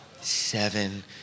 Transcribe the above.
seven